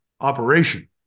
operation